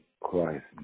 Christ